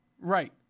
Right